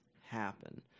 happen